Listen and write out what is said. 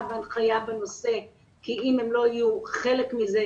והנחיה בנושא כי אם הם לא יהיו חלק זה,